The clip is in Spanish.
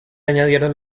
añadieron